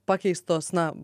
pakeistos na